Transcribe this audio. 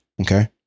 Okay